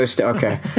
okay